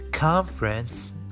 Conference